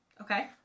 Okay